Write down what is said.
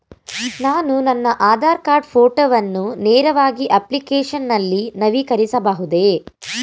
ನಾನು ನನ್ನ ಆಧಾರ್ ಕಾರ್ಡ್ ಫೋಟೋವನ್ನು ನೇರವಾಗಿ ಅಪ್ಲಿಕೇಶನ್ ನಲ್ಲಿ ನವೀಕರಿಸಬಹುದೇ?